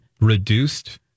Reduced